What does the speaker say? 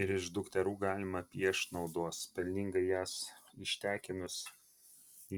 ir iš dukterų galima pešt naudos pelningai jas ištekinus